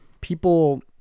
people